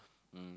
um